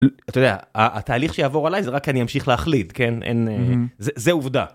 אתה יודע התהליך שיעבור עלי זה רק אני אמשיך להחליט, כן זה עובדה.